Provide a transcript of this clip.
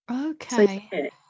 Okay